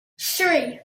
three